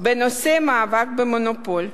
בנושא המאבק במונופול,